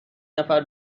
نفر